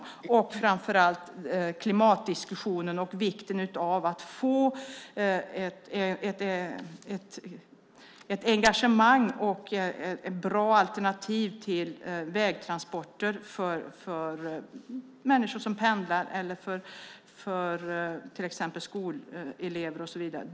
Det gäller framför allt klimatdiskussionen och vikten av att få ett engagemang och bra alternativ till vägtransporter för människor som pendlar, skolelever och så vidare.